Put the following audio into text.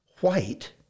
White